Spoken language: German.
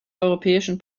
europäischen